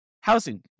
housing